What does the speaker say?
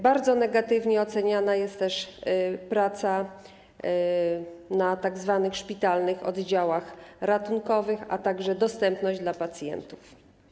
Bardzo negatywnie oceniana jest też praca na tzw. szpitalnych oddziałach ratunkowych, a także dostępność dla pacjentów.